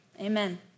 Amen